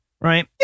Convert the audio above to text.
right